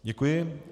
Děkuji.